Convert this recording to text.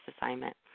assignment